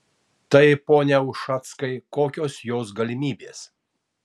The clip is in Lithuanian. tai pone ušackai kokios jos galimybės